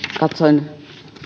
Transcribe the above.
katsoin